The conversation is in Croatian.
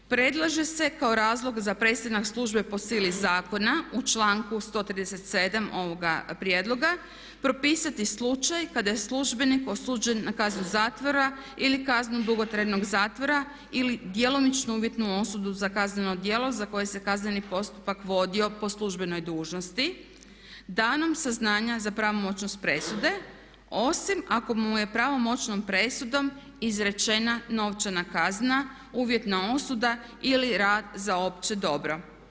Predlaže se kao razlog za prestanak službe po sili zakona u članku 137. ovoga prijedloga propisati slučaj kada je službenik osuđen na kaznu zatvora ili kaznu dugotrajnog zatvora ili djelomičnu uvjetnu osudu za kazneno djelo za koje se kazneni postupak vodio po službenoj dužnosti da nam saznanja za pravomoćnost presude osim ako mu je pravomoćnom presudom izrečena novčana kazna, uvjetna osuda ili rad za opće dobro.